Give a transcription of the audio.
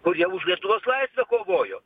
kurie už lietuvos laisvę kovojo